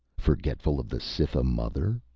forgetful of the cytha-mother?